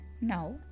Now